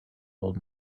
old